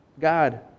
God